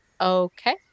Okay